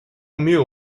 meal